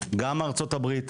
גם מארה"ב,